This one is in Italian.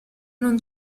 non